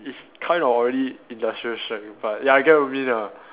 it's kind of already industrial strength but ya I get what you mean lah